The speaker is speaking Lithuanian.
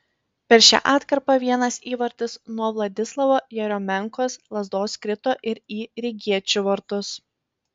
per šią atkarpą vienas įvartis nuo vladislavo jeriomenkos lazdos krito ir į rygiečių vartus